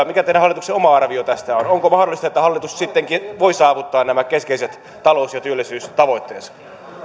mikä hallituksen oma arvio tästä on onko mahdollista että hallitus sittenkin voi saavuttaa nämä keskeiset talous ja työllisyystavoitteensa